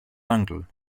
uncle